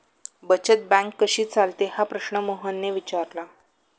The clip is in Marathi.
बचत बँक कशी चालते हा प्रश्न मोहनने विचारला?